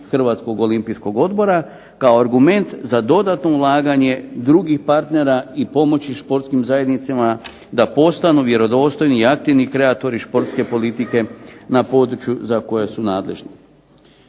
Hrvatskog olimpijskog odbora kao argument za dodatno ulaganje drugih partnera i pomoći športskim zajednicama da postanu vjerodostojni i aktivni kreatori športske politike na području za koja su nadležni.